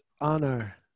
honor